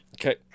Okay